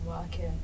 working